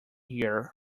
here